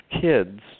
kids